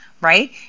right